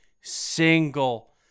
single